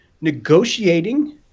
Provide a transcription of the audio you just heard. negotiating